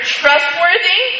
trustworthy